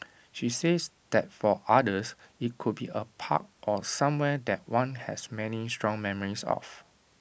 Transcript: she says that for others IT could be A park or somewhere that one has many strong memories of